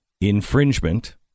Infringement